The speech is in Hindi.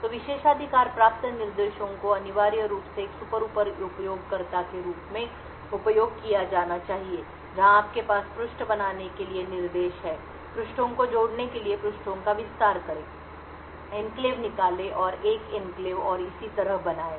तो विशेषाधिकार प्राप्त निर्देशों का अनिवार्य रूप से एक सुपर उपयोगकर्ता के रूप में उपयोग किया जाना चाहिए जहां आपके पास पृष्ठ बनाने के लिए निर्देश हैं पृष्ठों को जोड़ने के लिए पृष्ठों का विस्तार करें एन्क्लेव निकालें और एक एन्क्लेव और इसी तरह बनाएं